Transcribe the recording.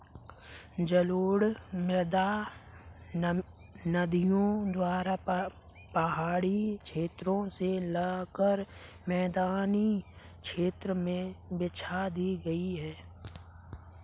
जलोढ़ मृदा नदियों द्वारा पहाड़ी क्षेत्रो से लाकर मैदानी क्षेत्र में बिछा दी गयी है